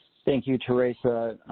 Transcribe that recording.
thank you, tarasa,